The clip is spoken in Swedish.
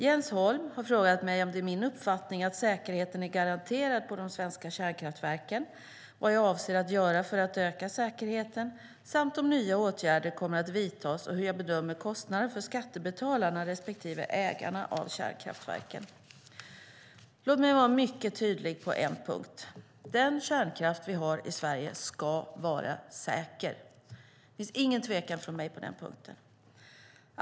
Jens Holm har frågat mig om det är min uppfattning att säkerheten är garanterad på de svenska kärnkraftverken, vad jag avser att göra för att öka säkerheten samt om nya åtgärder kommer att vidtas och hur jag bedömer kostnaden för skattebetalarna respektive ägarna av kärnkraftverken. Låt mig vara mycket tydlig på en punkt. Den kärnkraft vi har i Sverige ska vara säker. Det finns ingen tvekan från mig på den punkten.